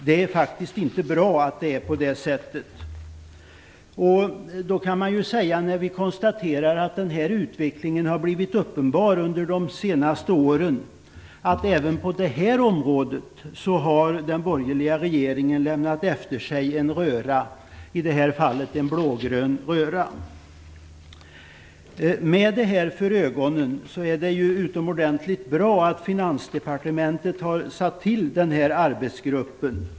Det är inte bra att det är på det sättet. När vi konstaterar att den här utvecklingen har blivit uppenbar under de senaste åren, kan vi se att även på det här området har den borgerliga regeringen lämnat efter sig en röra - i det här fallet en blågrön röra. Med detta för ögonen är det utomordentligt bra att Finansdepartementet har satt till en arbetsgrupp.